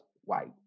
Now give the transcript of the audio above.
white